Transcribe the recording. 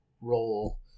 role